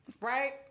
right